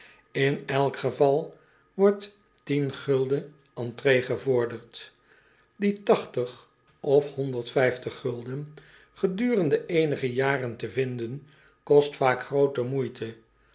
in elk geval wordt tien entrée gevorderd die tachtig of honderd vijftig gedurende eenige jaren te vinden kost vaak groote moeite